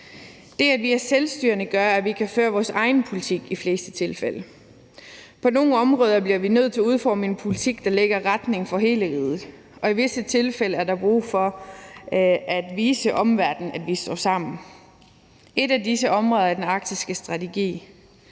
Det, at vi er selvstyrende, gør, at vi kan føre vores egen politik i de fleste tilfælde. På nogle områder bliver vi nødt til at udforme en politik, der lægger retningen for hele riget, og i visse tilfælde er der brug for at vise omverdenen, at vi står sammen. Et af disse områder er den arktiske strategi.